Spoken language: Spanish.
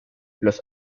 los